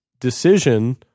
decision